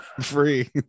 free